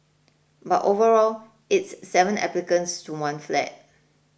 but overall it's seven applicants to one flat